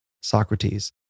Socrates